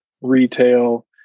retail